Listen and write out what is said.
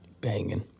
Banging